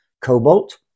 cobalt